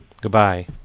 Goodbye